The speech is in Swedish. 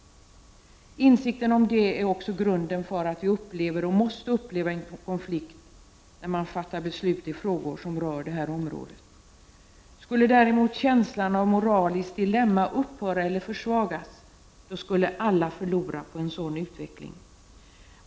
Insikten om det är också grunden för att vi upplever, och måste uppleva, en konflikt när beslut om frågor som rör detta område skall fattas. Alla skulle förlora på en utveckling som innebär att känslan av moraliskt dilemma upphör eller försvagas.